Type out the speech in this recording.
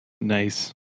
Nice